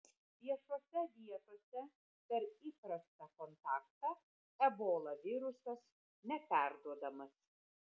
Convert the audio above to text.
viešose vietose per įprastą kontaktą ebola virusas neperduodamas